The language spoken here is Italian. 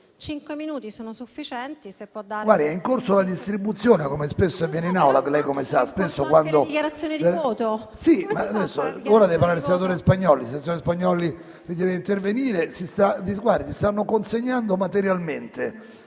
cinque minuti sono sufficienti